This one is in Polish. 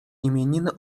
imieniny